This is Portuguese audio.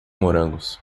morangos